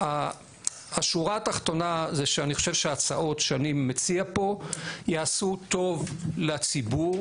השורה התחתונה זה שאני חושב שהצעות שאני מציע פה יעשו טוב לציבור,